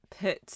put